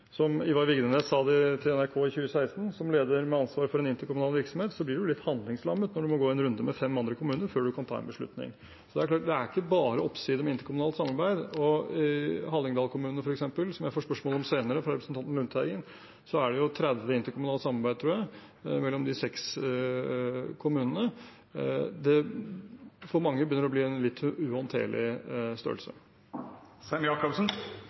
Som Ivar Vigdenes sa til NRK i 2016: «Som leder med ansvar for en interkommunal virksomhet, så blir du litt handlingslammet når du må gå en runde med fem andre kommuner før du kan ta en beslutning.» Det er klart at det ikke er bare oppsider med interkommunalt samarbeid. I f.eks. Hallingdal, som jeg får spørsmål om senere fra representanten Lundteigen, tror jeg det er 30 interkommunale samarbeid mellom de seks kommunene. For mange begynner det å bli en litt uhåndterlig